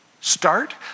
Start